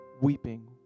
weeping